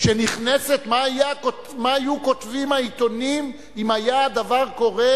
שנכנסת למה היו כותבים העיתונים אם היה הדבר קורה